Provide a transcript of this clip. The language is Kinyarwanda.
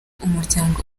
umuryango